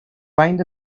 find